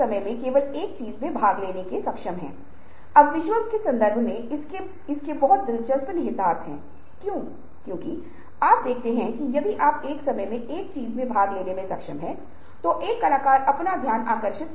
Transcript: इसी तरह अगर दुनिया में सभी लोग संतान पैदा करने की क्षमता खो देते हैं तो परिणाम क्या होंगे